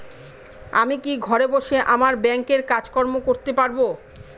আমি কি ঘরে বসে আমার ব্যাংকের কাজকর্ম করতে পারব?